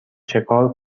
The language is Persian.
چکار